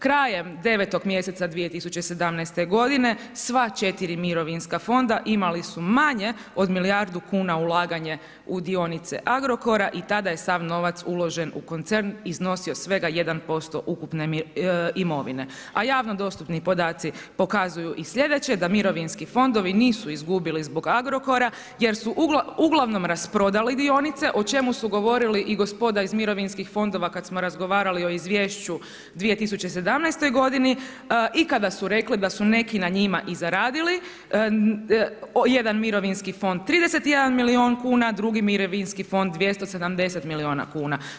Krajem 9.-og mjeseca 2017. godine sva 4 mirovinska fonda imali su manje od milijardu kuna ulaganje u dionice Agrokora i tada je sav novac uložen u Koncern iznosio svega 1% ukupne imovine a javno dostupni podaci pokazuju i sljedeće da mirovinski fondovi nisu izgubili zbog Agrokora jer su uglavnom rasprodali dionice o čemu su govorili i gospoda iz mirovinskih fondova kada smo razgovarali o izvješću u 2017. godini i kada su rekli da su neki na njima i zaradili, jedan mirovinski fond 31 milijuna kuna, drugi mirovinski fond 270 milijuna kuna.